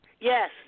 yes